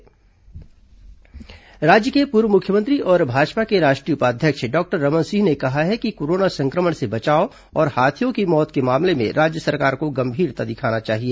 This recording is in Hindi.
रमन सिंह दौरा राज्य के पूर्व मुख्यमंत्री और भाजपा के राष्ट्रीय उपाध्यक्ष डॉक्टर रमन सिंह ने कहा है कि कोरोना सं क्र मण से बचाव और हाथियों की मौत के मामले में राज्य सरकार को गंभीरता दिखाना चाहिए